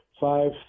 Five